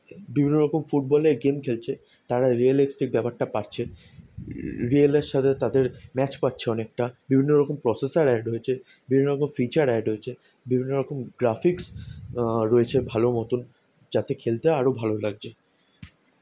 বিভিন্ন রকম ফুটবলের গেম খেলছে তারা রিয়্যালেস্টেক ব্যাপারটা পারছে রিয়েলের সাথে তাদের ম্যাচ পাচ্ছে অনেকটা বিভিন্ন রকম প্রসেসার অ্যাড হয়েছে বিভিন্ন রকম ফিচার অ্যাড হয়েছে বিভিন্ন রকম গ্রাফিক্স রয়েছে ভালো মতোন যাতে খেলতে আরো ভালো লাগছে